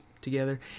together